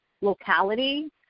locality